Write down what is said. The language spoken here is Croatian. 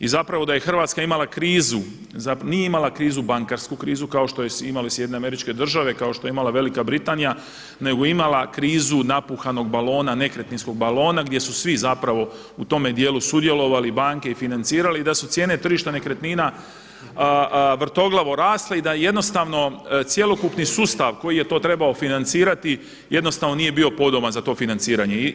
I zapravo da je Hrvatska imala krizu, nije imala krizu bankarsku krizu kao što su imale SAD, kao što je imala Velika Britanija nego je imala krizu napuhanog balona, nekretninskog balona gdje su svi zapravo u tome dijelu sudjelovali, banke i financirali i da su cijene tržišta nekretnina vrtoglavo rasle i da jednostavno cjelokupni sustav koji je to trebao financirati jednostavno nije bio podoban za to financiranje.